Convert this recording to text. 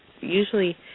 usually